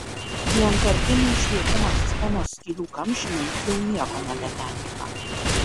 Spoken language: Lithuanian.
vienkartiniai švietimo sistemos skylių kamšymai jau nieko nebetenkina